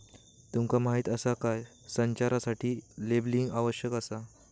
तुमका माहीत आसा काय?, संचारासाठी लेबलिंग आवश्यक आसा